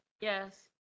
Yes